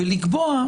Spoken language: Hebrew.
כשסיימנו את